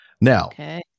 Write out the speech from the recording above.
Now